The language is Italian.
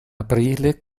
aprile